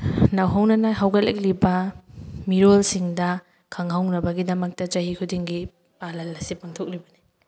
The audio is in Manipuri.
ꯅꯧꯍꯧꯅꯅ ꯍꯧꯒꯠꯂꯛꯂꯤꯕ ꯃꯤꯔꯣꯜꯁꯤꯡꯗ ꯈꯪꯍꯧꯅꯕꯒꯤꯗꯃꯛꯇ ꯆꯍꯤ ꯈꯨꯗꯤꯡꯒꯤ ꯄꯥꯂꯟ ꯑꯁꯤ ꯄꯥꯡꯊꯣꯛꯂꯤꯕꯅꯤ